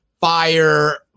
fire